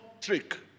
trick